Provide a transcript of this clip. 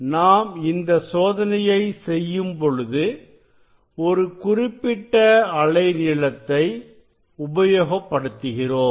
நாம் இந்த சோதனையை செய்யும்பொழுது ஒரு குறிப்பிட்ட அலை நீளத்தை உபயோகப்படுத்துகிறோம்